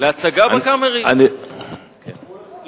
להצגה ב"הקאמרי" להופעה.